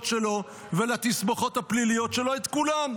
שלו ולתסבוכות הפליליות שלו את כולם.